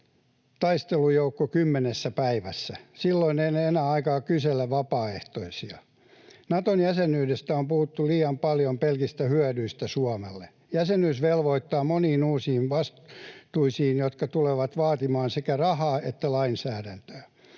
taistelujoukko kymmenessä päivässä. Silloin ei ole enää aikaa kysellä vapaaehtoisia. Nato-jäsenyyteen liittyen on puhuttu liian paljon pelkistä hyödyistä Suomelle. Jäsenyys velvoittaa moniin uusiin vastuisiin, jotka tulevat vaatimaan sekä rahaa että lainsäädäntöä.